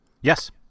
Yes